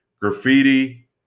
graffiti